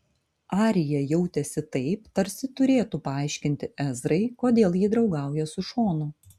arija jautėsi taip tarsi turėtų paaiškinti ezrai kodėl ji draugauja su šonu